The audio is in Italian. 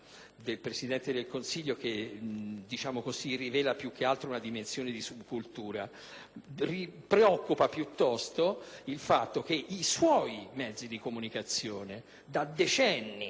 del Presidente del Consiglio che rivela più che altro una dimensione di subcultura; preoccupa piuttosto il fatto che i suoi mezzi di comunicazione, da decenni,